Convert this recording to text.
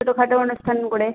ছোটো খাটো অনুষ্ঠান করে